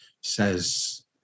says